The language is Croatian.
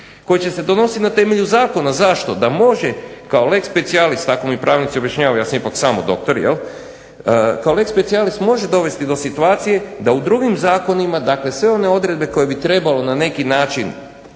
će se donositi na temelju zakona. Zašto? Da može kao lex specialis tako mi pravnici objašnjavaju ja sam ipak samo doktor jel', kao lex specialis može dovesti do situacije da u drugim zakonima, dakle sve one odredbe koje bi trebalo na neki način